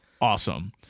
awesome